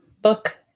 book